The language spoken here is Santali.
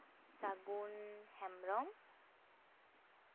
ᱥᱟᱹᱜᱩᱱ ᱦᱮᱢᱵᱨᱚᱢ